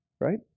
Right